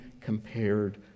compared